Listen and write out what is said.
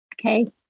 Okay